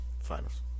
Finals